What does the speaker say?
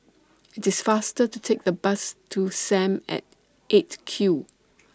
IT IS faster to Take The Bus to SAM At eight Q